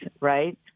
right